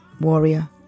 warrior